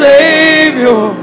Savior